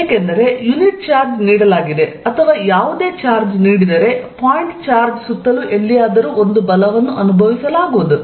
ಏಕೆಂದರೆ unit charge ನೀಡಲಾಗಿದೆ ಅಥವಾ ಯಾವುದೇ ಚಾರ್ಜ್ ನೀಡಿದರೆ ಪಾಯಿಂಟ್ ಚಾರ್ಜ್ ಸುತ್ತಲೂ ಎಲ್ಲಿಯಾದರೂ ಒಂದು ಬಲವನ್ನು ಅನುಭವಿಸಲಾಗುವುದು